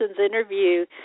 interview